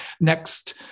next